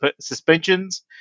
suspensions